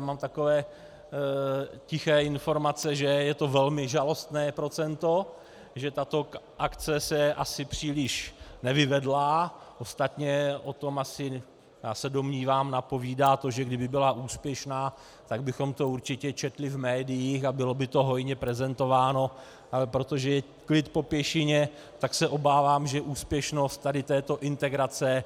Mám takové tiché informace, že je to velmi žalostné procento, že tato akce se asi příliš nevyvedla, ostatně o tom asi napovídá, že kdyby byla úspěšná, tak bychom to určitě četli v médiích a bylo by to hojně prezentováno, ale protože je klid po pěšině, tak se obávám, že úspěšnost této integrace